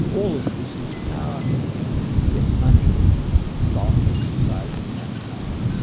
all of this is power and you can get money from exercising that power.